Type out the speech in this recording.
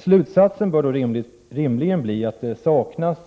Slutsatsen bör rimligen bli att det saknas